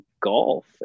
golf